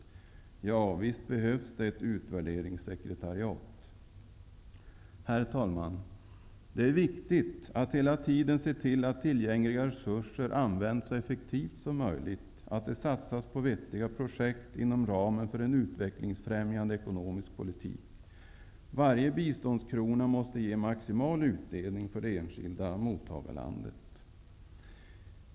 Ja, visst behövs det ett utvärderingssekretariat. Herr talman! Det är viktigt att hela tiden se till att tillgängliga resurser används så effektivt som möjligt, att det satsas på vettiga projekt inom ramen för en utvecklingsfrämjande ekonomisk politik. Varje biståndskrona måste ge maximal utdelning för det enskilda mottagarlandet.